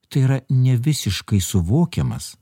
tai yra nevisiškai suvokiamas